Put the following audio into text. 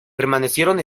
permanecieron